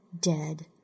dead